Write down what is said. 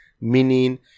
meaning